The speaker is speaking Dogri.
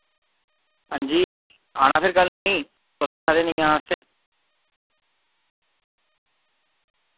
हांजी औना फिर कल नेईं तुस आक्खा दे नेईं औन आस्तै